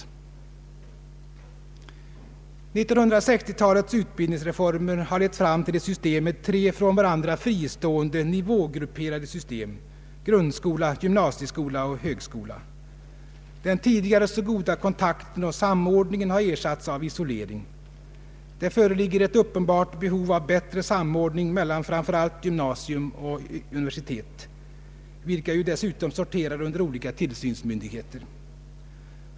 1960-talets utbildningsreformer har lett fram till ett system med tre från varandra fristående, nivågrupperade system: grundskola, gymnasieskola och högskola. Den tidigare så goda kontakten och samordningen har ersatts av isolering. Det föreligger ett uppenbart behov av bättre samordning mellan framför allt gymnasium och universitet, vilka ju dessutom sorterar under olika tillsynsmyndigheter.